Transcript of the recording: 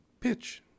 bitch